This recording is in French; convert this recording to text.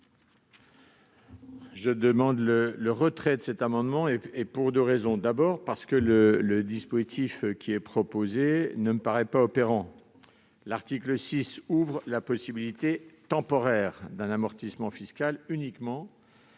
Je demande le retrait de cet amendement, pour deux raisons. D'une part, le dispositif proposé ne me paraît pas opérant. L'article 6 ouvre la possibilité temporaire d'un amortissement fiscal uniquement